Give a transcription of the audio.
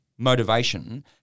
motivation